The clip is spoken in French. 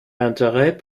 intérêt